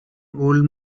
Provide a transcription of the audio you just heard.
old